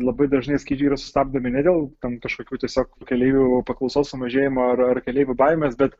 labai dažnai skrydžiai yra sustabdomi ne dėl ten kažkokių tiesiog keleivių paklausos sumažėjimo ar ar keleivių baimės bet